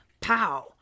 pow